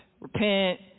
repent